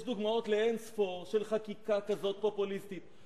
יש דוגמאות לאין-ספור של חקיקה פופוליסטית כזאת.